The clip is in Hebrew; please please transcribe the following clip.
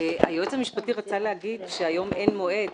היועץ המשפטי רצה להגיד שהיום אין מועד,